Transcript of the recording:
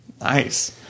Nice